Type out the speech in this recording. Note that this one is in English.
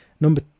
Number